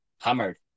hammered